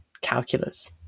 calculus